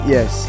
Yes